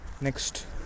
Next